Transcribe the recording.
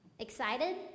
Excited